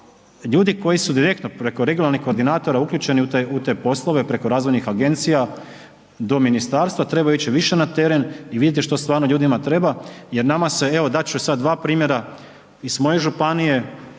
ljudi koji su direktno preko regionalnih koordinatora uključeni u te poslove preko razvojnih agencija do ministarstva trebaju ići više na teren i vidjeti što stvarno ljudima treba, jer nama se, evo dat ću i sad dva primjera iz moje županije.